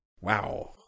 Wow